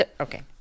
Okay